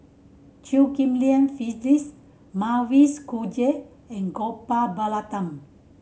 Chew Ghim Lian Phyllis Mavis Khoo and Gopal Baratham